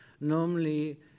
Normally